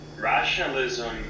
Rationalism